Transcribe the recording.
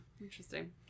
interesting